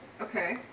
Okay